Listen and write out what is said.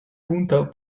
пунктов